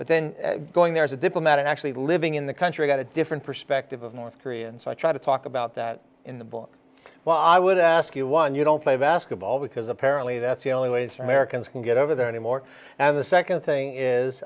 but then going there as a diplomat and actually living in the country got a different perspective of north korea and so i tried to talk about that in the book well i would ask you one you don't play basketball because apparently that's the only ways americans can get over there anymore and the second thing is